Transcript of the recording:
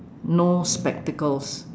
no spectacles